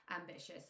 ambitious